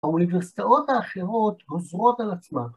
‫האוניברסיטאות האחרות ‫גוזרות על עצמם.